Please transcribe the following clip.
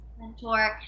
mentor